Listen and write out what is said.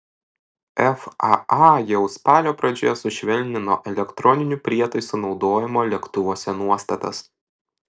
faa jau spalio pradžioje sušvelnino elektroninių prietaisų naudojimo lėktuvuose nuostatas